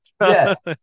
Yes